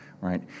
right